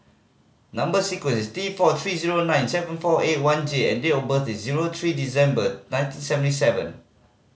number sequence is T four three zero nine seven four eight one J and date of birth is zero three December nineteen seventy seven